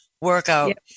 workout